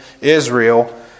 Israel